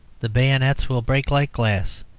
the bayonets will break like glass,